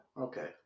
Okay